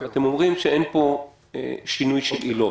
אתם אומרים שאין פה שינוי של עילות.